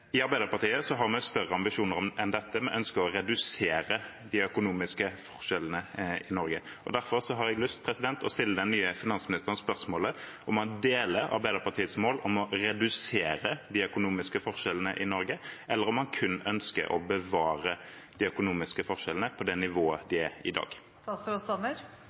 I Arbeiderpartiet har vi større ambisjoner enn dette. Vi ønsker å redusere de økonomiske forskjellene i Norge. Derfor har jeg lyst til å stille den nye finansministeren spørsmål om han deler Arbeiderpartiets mål om å redusere de økonomiske forskjellene i Norge, eller om han kun ønsker å bevare de økonomiske forskjellene på det nivået de er i